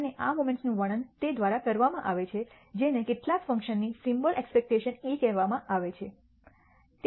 અને આ મોમેન્ટ્સ નું વર્ણન તે દ્વારા કરવામાં આવે છે જેને કેટલાક ફંકશન ની સિમ્બોલ એક્સપેક્ટેશન e કહેવામાં આવે છે